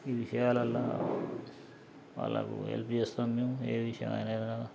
ఈ విషయాలల్ల వాళ్ళకు హెల్ప్ చేస్తాం మేము ఏ విషయమైనా